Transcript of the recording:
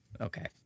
Okay